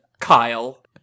Kyle